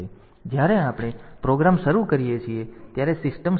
તેથી જ્યારે આપણે પ્રોગ્રામ શરૂ કરીએ છીએ ત્યારે સિસ્ટમ શરૂ કરો